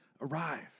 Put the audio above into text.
arrive